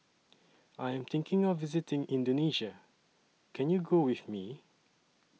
I Am thinking of visiting Indonesia Can YOU Go with Me